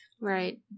right